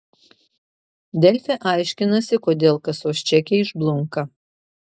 delfi aiškinasi kodėl kasos čekiai išblunka